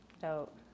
Dope